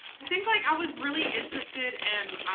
i think, like i was really interested and